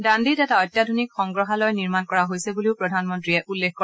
দাণ্ডিত এটা অত্যাধুনিক সংগ্ৰাহালয় নিৰ্মাণ কৰা হৈছে বুলিও প্ৰধানমন্ত্ৰীয়ে উল্লেখ কৰে